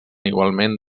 igualment